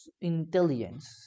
intelligence